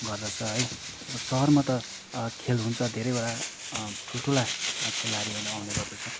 गर्दछ है अब सहरमा त खेल हुन्छ धेरैवटा ठुल्ठुला खेलाडीहरू आउने गर्दछ